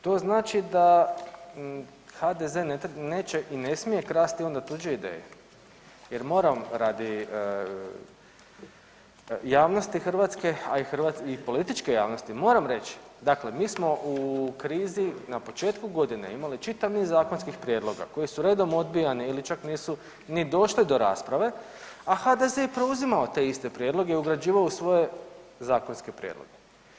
To znači da HDZ-e neće i ne smije krasti onda tuđe ideje, jer moram radi javnosti hrvatske, a i političke javnosti moram reći dakle mi smo u krizi na početku godine imali čitav niz zakonskih prijedloga koji su redom odbijani ili čak nisu ni došli do rasprave, a HDZ-e je preuzimao te iste prijedloge, ugrađivao u svoje zakonske prijedloge.